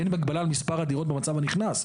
אין הגבלה על מספר הדירות במצב הנכנס.